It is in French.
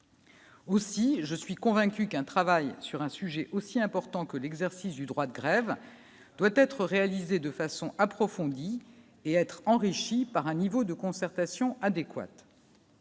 Aussi, je suis convaincu qu'un travail sur un sujet aussi important que l'exercice du droit de grève doit être réalisée de façon approfondie et être enrichie par un niveau de concertation adéquates.